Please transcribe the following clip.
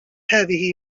هذه